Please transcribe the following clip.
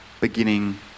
beginning